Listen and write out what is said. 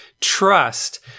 trust